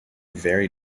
very